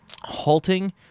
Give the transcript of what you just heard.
halting